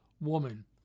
woman